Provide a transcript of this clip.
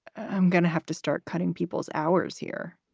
i'm gonna have to start cutting people's hours here?